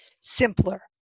simpler